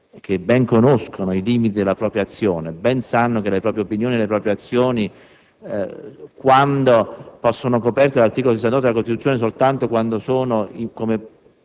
che ben conoscono i limiti della propria azione e ben sanno che le proprie opinioni e le proprie azioni sono coperte dall'articolo 68 della Costituzione soltanto quando sono